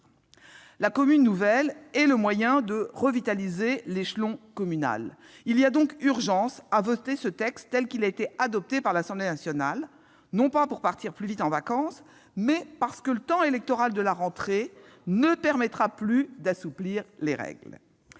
La commune nouvelle est le moyen de revitaliser l'échelon communal. Il y a urgence à voter ce texte tel qu'il a été adopté par l'Assemblée nationale, non pas pour partir plus vite en vacances, mais parce que le temps électoral de la rentrée ne permettra plus d'assouplir les règles.